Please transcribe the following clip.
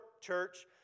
church